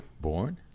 born